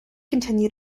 continue